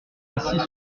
assis